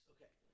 Okay